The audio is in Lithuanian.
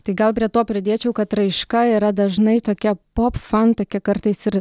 tai gal prie to pridėčiau kad raiška yra dažnai tokia pop fan tokia kartais ir